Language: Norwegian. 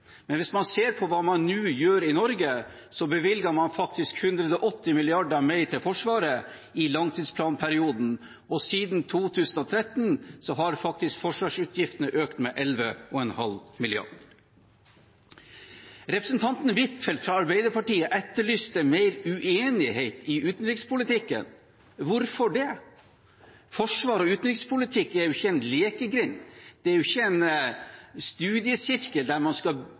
Men hvis man ser på hva man nå gjør i Norge, bevilger man faktisk 180 mrd. kr mer til Forsvaret i langtidsplanperioden, og siden 2013 har forsvarsutgiftene økt med 11,5 mrd. kr. Representanten Huitfeldt fra Arbeiderpartiet etterlyste mer uenighet i utenrikspolitikken. Hvorfor det? Forsvars- og utenrikspolitikk er jo ikke en lekegrind. Det er ikke en studiesirkel der man skal